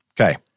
Okay